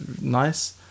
nice